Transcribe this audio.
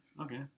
Okay